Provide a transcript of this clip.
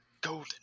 golden